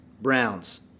Browns